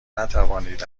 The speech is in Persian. نتوانید